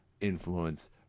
influence